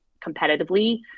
competitively